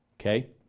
Okay